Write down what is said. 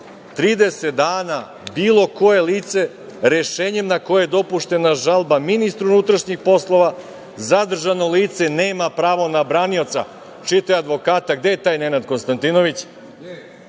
30 dana bilo koje lice rešenjem na koje je dopuštena žalba ministru unutrašnjih poslova, zadržano lice nema pravo na branioca, čitaj advokata, gde je taj Nenad Konstantinović,